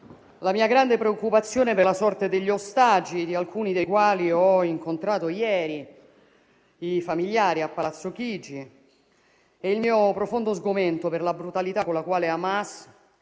la mia grande preoccupazione per la sorte degli ostaggi, di alcuni dei quali ho incontrato ieri i familiari a Palazzo Chigi, e il mio profondo sgomento per la brutalità con la quale Hamas